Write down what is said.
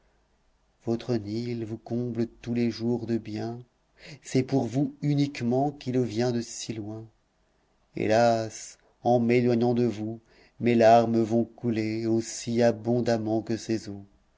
votre nil vous comble tous les jours de biens c'est pour vous uniquement qu'il vient de si loin hélas en m'éloignant de vous mes larmes vont couler aussi abondamment que ses eaux